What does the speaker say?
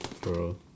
Bro